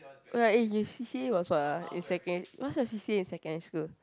oh ya eh your C_C_A was what ah in secon~ what's your C_C_A in secondary school